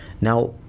Now